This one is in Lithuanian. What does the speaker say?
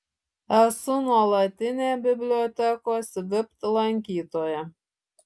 esu nuolatinė bibliotekos vipt lankytoja